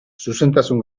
zuzentasun